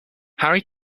harry